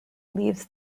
leaves